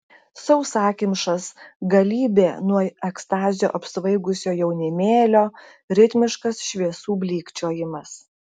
sausakimšas galybė nuo ekstazio apsvaigusio jaunimėlio ritmiškas šviesų blykčiojimas